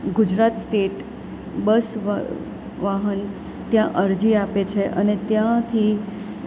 Gujarat state bus વાહન ત્યાં અરજી આપે છે અને ત્યાંથી